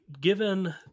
given